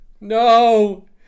No